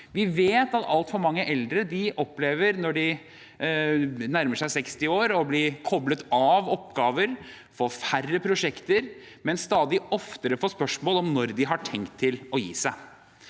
Vi vet at altfor mange når de nærmer seg 60 år, opplever å bli koblet av oppgaver og få færre prosjekter, men stadig oftere får spørsmål om når de har tenkt å gi seg.